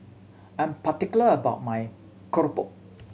I'm particular about my keropok